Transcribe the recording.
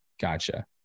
Gotcha